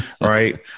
right